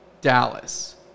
Dallas